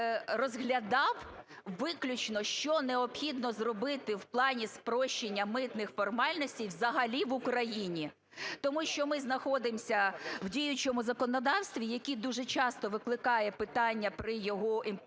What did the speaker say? розглядав виключно, що необхідно зробити в плані спрощення митних формальностей взагалі в Україні. Тому що ми знаходимося в діючому законодавстві, який дуже часто викликає питання при його